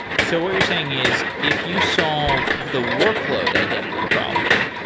so what you're saying is if you solve the workload identity problem,